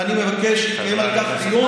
ואני מבקש שיתקיים על כך דיון.